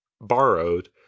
borrowed